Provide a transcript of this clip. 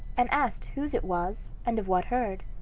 and asked whose it was, and of what herd.